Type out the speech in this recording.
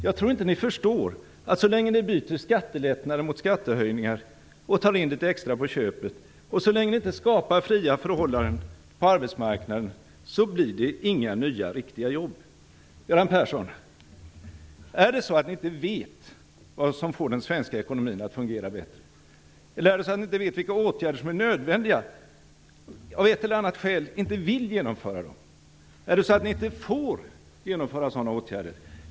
Jag tror inte att ni förstår att så länge ni byter skattelättnader mot skattehöjningar och tar in litet extra på köpet och så länge ni inte skapar fria förhållanden på arbetsmarknaden blir det inga nya riktiga jobb. Är det så, Göran Persson, att ni inte vet vad som får den svenska ekonomin att fungera bättre, eller vet ni inte vilka åtgärder som är nödvändiga eller av ett eller annat skäl inte vill genomföra dem? Är det så att ni inte får genomföra sådana åtgärder?